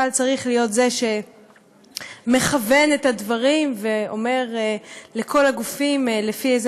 צה"ל צריך להיות זה שמכוון את הדברים ואומר לכל הגופים לפי אילו